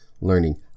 learning